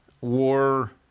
war